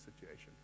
situation